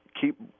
keep